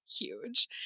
huge